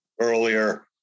earlier